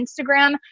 Instagram